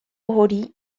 hori